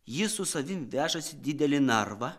jis su savim vežasi didelį narvą